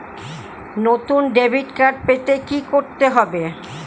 নতুন debit card পেতে কী করতে হবে?